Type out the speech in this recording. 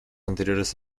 anteriores